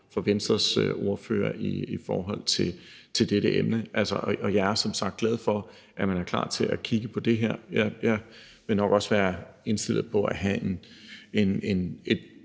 som Venstres ordfører har i forhold til dette emne, og jeg er som sagt glad for, at man er klar til at kigge på det her. Jeg vil nok også være indstillet på at have